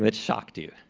but shocked you?